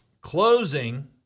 Closing